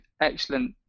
excellent